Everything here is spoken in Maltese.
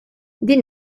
din